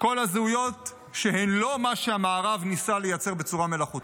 כל הזהויות שהן לא מה שהמערב ניסה לייצר בצורה מלאכותית.